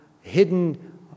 hidden